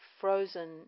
frozen